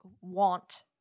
want